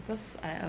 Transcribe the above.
because I uh